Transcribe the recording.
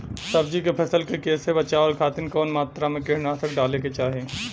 सब्जी के फसल के कियेसे बचाव खातिन कवन मात्रा में कीटनाशक डाले के चाही?